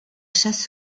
chasse